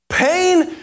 Pain